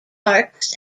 parks